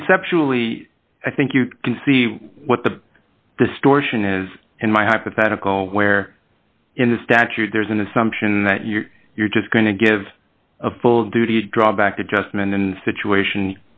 conceptually i think you can see what the distortion is in my hypothetical where in the statute there's an assumption that you're you're just going to give a full duty drawback adjustment and situation